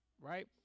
Right